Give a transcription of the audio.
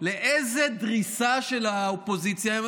לאיזו דריסה של האופוזיציה.